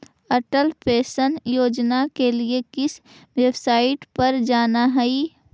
Atal pension योजना के लिए किस वेबसाईट पर जाना हई